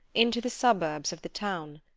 into the suburbs of the town.